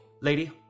Lady